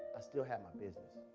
i still had my business.